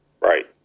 right